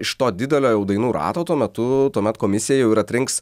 iš to didelio jau dainų rato tuo metu tuomet komisija jau ir atrinks